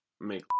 make